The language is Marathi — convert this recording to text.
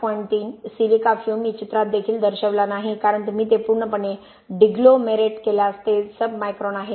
3 सिलिका फ्यूम मी चित्रात देखील दर्शविला नाही कारण तुम्ही ते पूर्णपणे डीग्ग्लोमेरेट केल्यास ते सबमायक्रॉन आहे